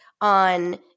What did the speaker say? on